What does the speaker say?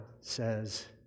says